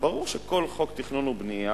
ברור שכל חוק תכנון ובנייה